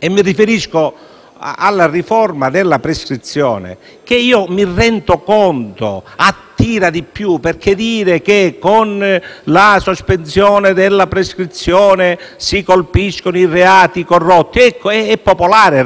Mi riferisco alla riforma della prescrizione, che mi rendo conto attira di più: dire che con la sospensione della prescrizione si colpiscono i reati e i corrotti rende popolari,